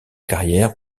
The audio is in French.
carrière